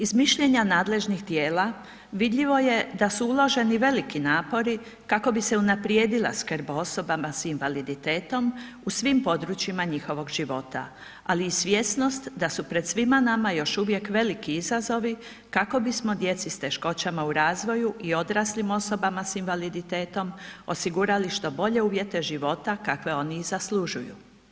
Iz mišljenja nadležnih tijela vidljivo je da su uloženi veliki napori kako bi se unaprijedila skrb o osobama s invaliditetom u svim područjima njihovog života, ali i svjesnost da su pred svima nama još uvijek veliki izazovi kako bismo djeci s teškoćama u razvoju i odraslim osobama s invaliditetom osigurali što bolje uvjete života kakve oni i zaslužuju.